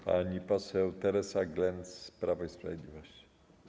Pani poseł Teresa Glenc, Prawo i Sprawiedliwość.